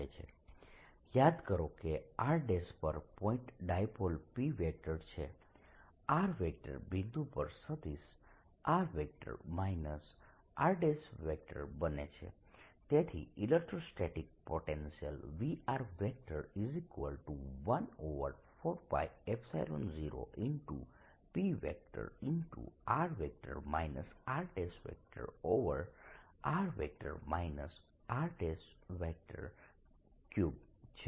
યાદ કરો કે r પર પોઇન્ટ ડાયપોલ p છે r બિંદુ પર સદિશ r r બને છે તેથી electrostatic potential V140 p r rr r3 છે